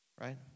right